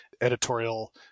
editorial